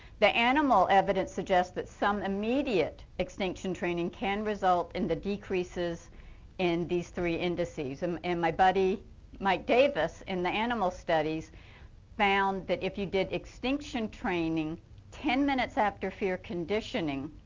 the animal evidence suggests that some immediate extension training can result in the decreases in these three indices. um and my buddy mike davis in the animal studies found that if you did extinction training ten minutes after fear conditioning,